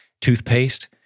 toothpaste